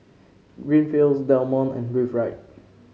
Greenfields Del Monte and Breathe Right